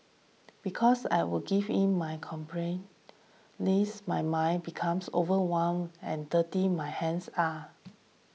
because I would give in my lest my mind becomes overwhelmed and dirty my hands are